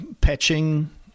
patching